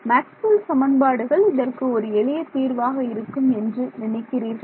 Maxwell சமன்பாடுகள் இதற்கு ஒரு எளிய தீர்வாக இருக்கும் என்று நினைக்கிறீர்கள்